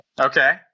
Okay